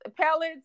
pellets